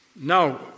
Now